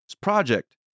project